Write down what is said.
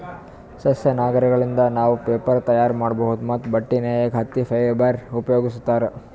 ಸಸ್ಯ ನಾರಗಳಿಂದ್ ನಾವ್ ಪೇಪರ್ ತಯಾರ್ ಮಾಡ್ಬಹುದ್ ಮತ್ತ್ ಬಟ್ಟಿ ನೇಯಕ್ ಹತ್ತಿ ಫೈಬರ್ ಉಪಯೋಗಿಸ್ತಾರ್